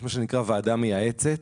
יש מה שנקרא ועדה מייעצת